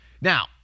Now